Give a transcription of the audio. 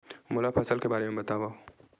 मोला फसल के बारे म बतावव?